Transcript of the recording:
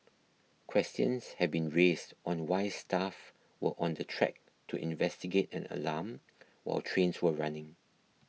questions have been raised on why staff were on the track to investigate an alarm while trains were running